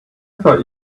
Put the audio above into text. thought